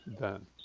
done